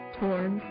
torn